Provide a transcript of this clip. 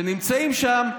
שנמצאים שם,